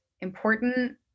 important